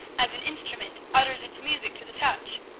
as an instrument utters its music to the touch.